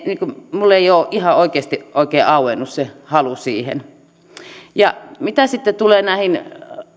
minulle ei ole ihan oikeasti oikein auennut se halu siihen mitä sitten tulee näihin